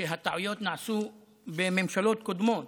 שהטעויות נעשו בממשלות קודמות,